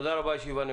התשפ"א 2020, אושרו.